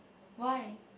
why